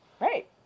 Right